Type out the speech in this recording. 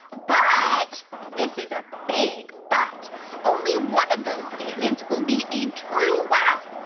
but this is a big but only one of those statements will be a true wow.